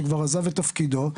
שכבר עזב את תפקידו,